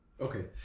Okay